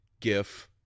gif